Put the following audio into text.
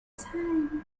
time